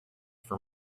for